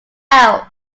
out